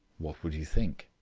what would you think?